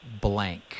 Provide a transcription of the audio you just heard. blank